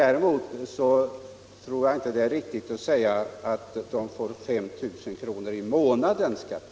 Däremot tror jag inte det är riktigt att säga att ersättningen är 5 000 kr. i månaden skattefritt.